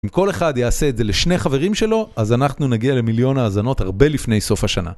אם כל אחד יעשה את זה לשני חברים שלו, אז אנחנו נגיע למיליון האזנות הרבה לפני סוף השנה.